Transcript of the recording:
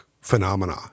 phenomena